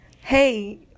hey